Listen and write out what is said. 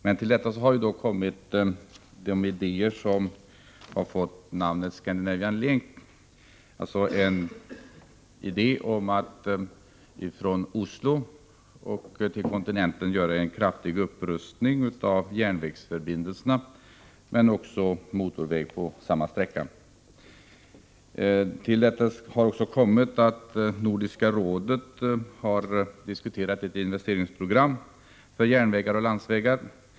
Men till detta har kommit den idé som betecknats Scandinavian Link — en idé om att från Oslo till kontinenten göra en kraftig upprustning av järnvägsförbindelserna, men också ha motorväg på samma sträcka. Därutöver har Nordiska rådet diskuterat ett investeringsprogram för järnvägar och landsvägar.